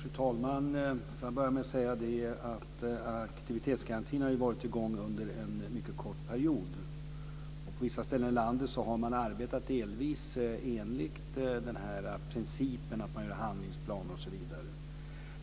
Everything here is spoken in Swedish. Fru talman! Jag vill börja med att säga att aktivitetsgarantin har varit i gång under en mycket kort period. På vissa ställen i landet har man delvis arbetat enligt den här principen med handlingsplaner osv.